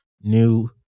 new